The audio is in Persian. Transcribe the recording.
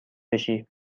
بشی